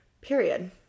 period